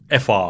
FR